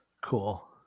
Cool